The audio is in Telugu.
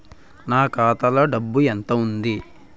నా ఖాతాలో డబ్బు ఎంత ఉంది?